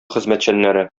хезмәтчәннәре